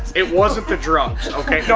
it wasn't the drugs, okay. so